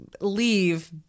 leave